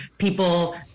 people